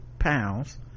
pounds